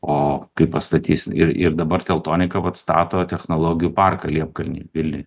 o kai pastatys ir ir dabar teltonika vat stato technologijų parką liepkalny vilniuj